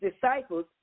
disciples